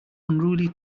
unruly